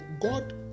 God